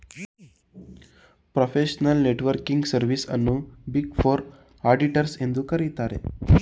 professional networking service ಅನ್ನು big four auditors ಎಂದು ಕರಿತರೆ